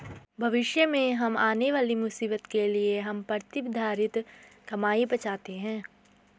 भविष्य में आने वाली मुसीबत के लिए हम प्रतिधरित कमाई बचाते हैं